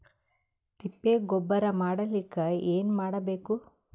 ತಿಪ್ಪೆ ಗೊಬ್ಬರ ಮಾಡಲಿಕ ಏನ್ ಮಾಡಬೇಕು?